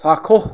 চাক্ষুষ